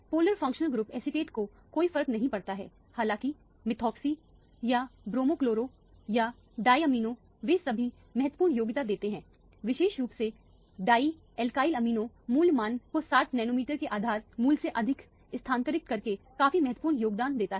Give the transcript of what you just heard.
polar functional group acetate को कोई फर्क नहीं पड़ता है हालांकि मेथॉक्सी या ब्रोमोक्लोरो या डायमिनो वे सभी महत्वपूर्ण योगदान देते हैं विशेष रूप से डाई एल्केलामिनो मूल्य मान को 60 नैनोमीटर के आधार मूल्य से अधिक स्थानांतरित करके काफी महत्वपूर्ण योगदान देता है